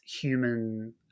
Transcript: human